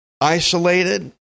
isolated